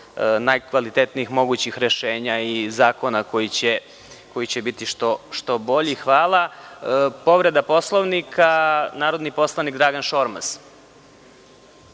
najkvalitetnijih mogućih rešenja i zakona koji će biti što bolji. Povreda Poslovnika, narodni poslanik Dragan Šormaz.